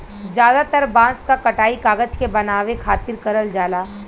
जादातर बांस क कटाई कागज के बनावे खातिर करल जाला